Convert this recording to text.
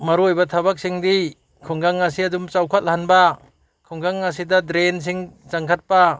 ꯃꯔꯨ ꯑꯣꯏꯕ ꯊꯕꯛꯁꯤꯡꯗꯤ ꯈꯨꯡꯒꯪ ꯑꯁꯦ ꯑꯗꯨꯝ ꯆꯥꯎꯈꯠꯍꯟꯕ ꯈꯨꯡꯒꯪ ꯑꯁꯤꯗ ꯗ꯭ꯔꯦꯟꯁꯤꯡ ꯆꯟꯈꯠꯄ